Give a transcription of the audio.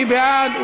מי בעד?